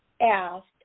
asked